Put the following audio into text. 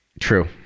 True